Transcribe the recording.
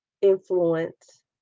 influence